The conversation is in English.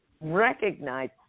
recognize